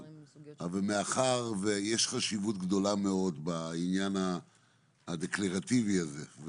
מאחר ויש חשיבות גדולה מאוד בעניין הדקלרטיבי הזה,